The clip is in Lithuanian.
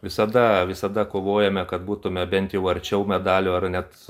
visada visada kovojome kad būtume bent jau arčiau medalių ar net